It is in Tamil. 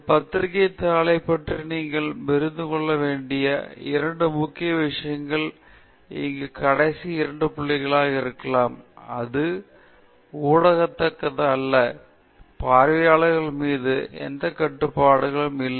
ஒரு பத்திரிகைத் தாளைப் பற்றி நீங்கள் புரிந்து கொள்ள வேண்டிய இரண்டு முக்கிய விஷயங்கள் இங்குள்ள கடைசி இரண்டு புள்ளிகளாக இருக்கலாம் அது ஊடகத்தக்கது அல்ல பார்வையாளர்கள் மீது எந்த கட்டுப்பாடுகளும் இல்லை